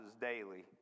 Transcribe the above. daily